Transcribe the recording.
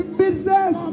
business